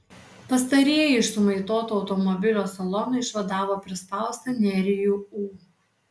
pastarieji iš sumaitoto automobilio salono išvadavo prispaustą nerijų ū